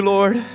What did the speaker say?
Lord